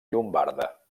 llombarda